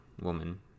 woman